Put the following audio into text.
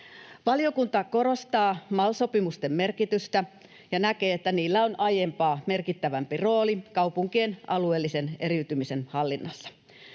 Valiokunta korostaa MAL-sopimusten merkitystä ja näkee, että niillä on aiempaa merkittävämpi rooli kaupunkien alueellisen eriytymisen hallinnassa.